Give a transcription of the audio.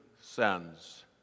sends